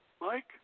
Mike